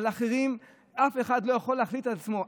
על אחרים, אף אחד לא יכול להחליט על עצמו.